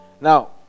Now